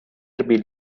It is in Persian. بیل